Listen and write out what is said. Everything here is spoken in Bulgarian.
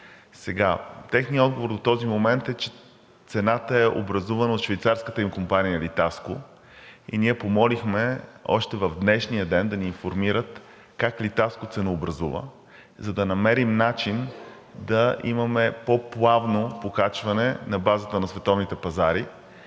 Техният отговор до този момент е, че цената е образувана от швейцарската им компания „Литаско“. Ние помолихме още в днешния ден да ни информират как „Литаско“ ценообразува, за да намерим начин да имаме по-плавно покачване на базата на световните пазари.